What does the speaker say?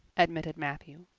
admitted matthew.